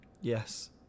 Yes